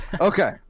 okay